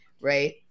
right